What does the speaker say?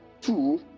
two